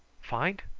find?